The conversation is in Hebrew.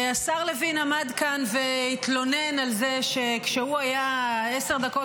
השר לוין עמד כאן והתלונן על זה שכשהוא היה עשר דקות